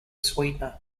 sweetener